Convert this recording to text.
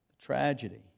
Tragedy